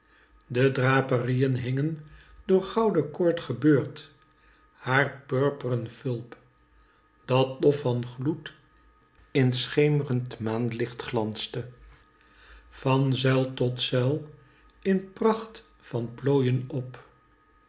de draperieen hingen door gouden koord gebeurd haar purpren fulp dat dof van gloed in t scheemlend maanlicht glanste van zuil tot zuil in pracht van plooyen op